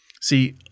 See